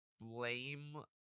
blame